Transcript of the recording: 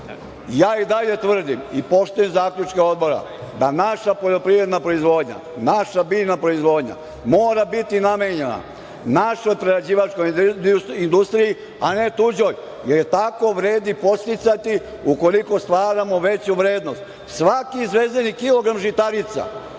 Ja i dalje tvrdim i poštujem zaključke odbora naša poljoprivredna proizvodnja, naša biljna proizvodnja mora biti namenjena našoj prerađivačkoj industriji, a ne tuđoj, jer je tako vredi podsticati, ukoliko stvaramo veću vrednost. Svaki izvezeni kilogram žitarica,